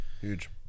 huge